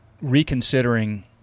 reconsidering